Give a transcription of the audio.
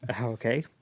Okay